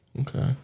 Okay